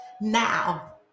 now